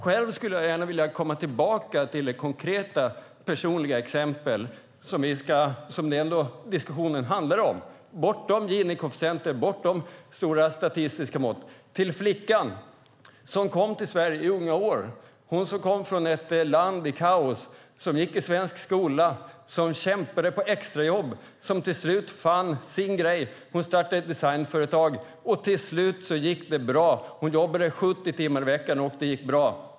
Själv skulle jag gärna vilja komma tillbaka till det konkreta personliga exempel som diskussionen ändå handlar om bortom Gini-koefficienten och stora statistiska mått. Det handlar om flickan som kom till Sverige i unga år från ett land i kaos. Hon gick i svensk skola, kämpade med extrajobb och fann till slut sin grej. Hon startade ett designföretag. Hon jobbade 70 timmar i veckan, och till slut gick det bra.